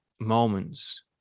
moments